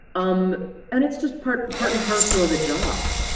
um and it's just part part and parcel of the job.